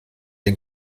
den